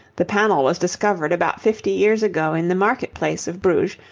the panel was discovered about fifty years ago in the market-place of bruges,